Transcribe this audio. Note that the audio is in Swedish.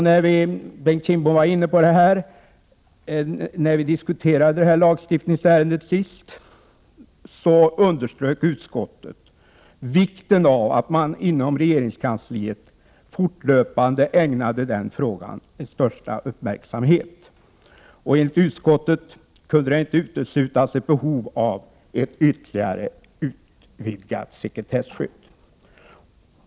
När vi sist diskuterade detta lagstiftningsärende, underströk utskottet vikten av att man inom regeringskansliet fortlöpande ägnar frågan största uppmärksamhet. Enligt utskottet kunde inte uteslutas ett behov av ett ytterligare utvidgat sekretesskydd.